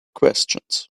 questions